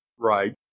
Right